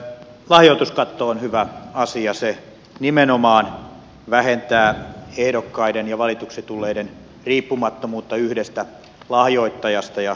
lahjoituskatto on hyvä asia se nimenomaan lisää ehdokkaiden ja valituksi tulleiden riippumattomuutta yhdestä lahjoittajasta ja yhdestä rahoituslähteestä